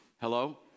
Hello